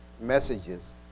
messages